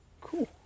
Cool